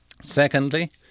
Secondly